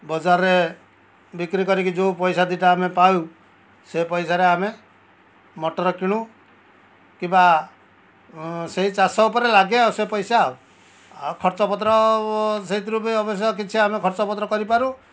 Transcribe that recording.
ବଜାରରେ ବିକ୍ରି କରିକି ଯେଉଁ ପଇସା ଦୁଇଟା ଆମେ ପାଉ ସେ ପଇସାରେ ଆମେ ମୋଟର୍ କିଣୁ କିମ୍ବା ସେଇ ଚାଷ ଉପରେ ଲାଗେ ଆଉ ସେ ପଇସା ଆଉ ଖର୍ଚ୍ଚ ପତ୍ର ସେଇଥିରୁ ବି ଅବଶ୍ୟ କିଛି ଆମେ ଖର୍ଚ୍ଚ ପତ୍ର କରିପାରୁ